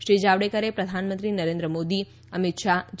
શ્રી જાવડેકરે પ્રધાનમંત્રી નરેન્દ્ર મોદી અમિત શાહ જે